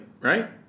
Right